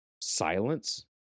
silence